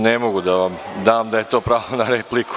Ne mogu da vam dam to pravo na repliku.